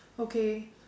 okay